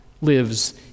lives